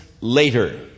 later